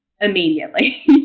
immediately